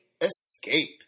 Escape